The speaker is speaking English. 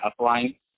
upline